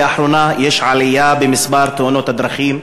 לאחרונה יש עלייה במספר תאונות הדרכים,